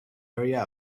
area